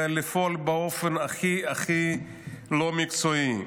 ולפעול באופן הכי הכי לא מקצועי.